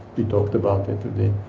we talked about it today,